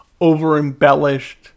over-embellished